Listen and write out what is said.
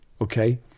Okay